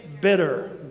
bitter